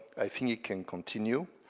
i think it can continue.